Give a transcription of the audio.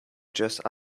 dress